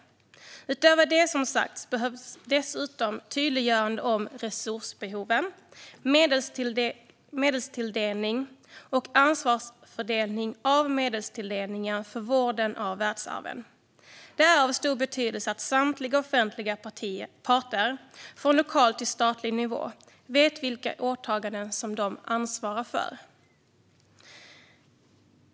Utöver detta behövs dessutom tydliggörande av resursbehoven, medelstilldelningen och ansvarsfördelningen för medelstilldelningen för vården av världsarven. Det är av stor betydelse att samtliga offentliga parter, från lokal till statlig nivå, vet vilka åtaganden som de ansvarar för.